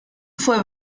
fue